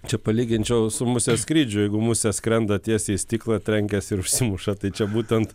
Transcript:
čia palyginčiau su musės skrydžiu jeigu musė skrenda tiesiai į stiklą trenkias ir užsimuša tai čia būtent